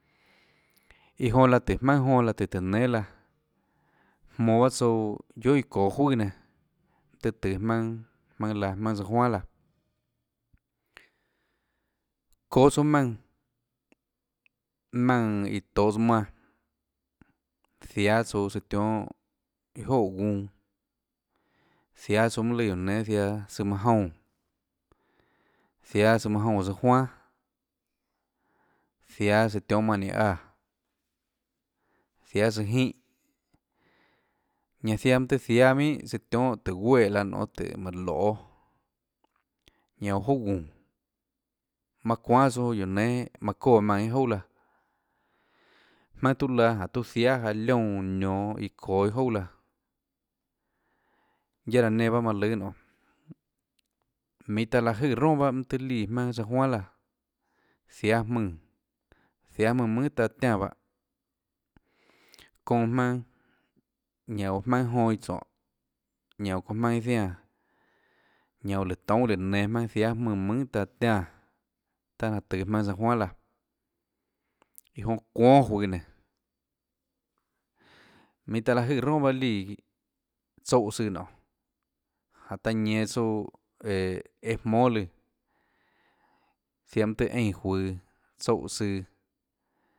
Iã jonã láhå tùhå jmaønâ jonã láhå tùhå tùå nénâ laã jmonå bahâ tsouã guiohà iã çoå juøà mønâ tøhê tøå jmaønâ jmaønâ laã jmaøn sa juan laã çoå tsouã maùnã maùnã iã tohås manã ziáâ tsouã tsøã tiohâ iâ jouà óå guunã ziáâ tsouã mønâ lùã guióå nénâ jiáâ tsøã manã joúnã jiáâ tsøã manã joúnãsa juan ziáâ tsøã tionhâ mánhã ninã áã ziáâ tsøã jínhå ñanã ziaã mønâ tùhå ziáhâ minhà tsøã tionhâ tùhå gueè laã nonê tùhå manã loê ñanã oå jouà guúnå manã çuánâ tsouã guióå nénâ manã çóã maùnã iâ jouà laã jmaønâ tiuã laã jáhå tiuã jiáâ jaå liónã nionå iã ðoå iâ jouà laã guiaâ raã nenã bahâ manã lùâ nonê minhå taã láå jøè ronà bahâ mønâ tøhê líã jmaønâ san juan laã ziáâ jmùnã ziáâ jmùnã mønhà taã tiánã bahâ çounã jmaønâ ñanã oå jmaùnâ iã jonã tsónhå ñanã oå çounã jmaønâ iã jiánã ñanã oå láhå toúnâ láhå nenå jmaønã jiáâ jmùnã mønhà taã tiánã tanâ tøå jmaønâ san juan laã iã jonã çuónâ juøå nénå minhå taã láhå jøè ronà bahâ líã tsoúhå søã nonê jáhå taâ ñenå tsouã õå eã jmóâ lùã ziaã mønâ tùhå eínã juøå tsoúhã søã.